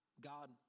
God